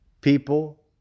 people